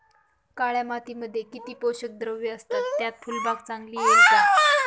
काळ्या मातीमध्ये किती पोषक द्रव्ये असतात, त्यात फुलबाग चांगली येईल का?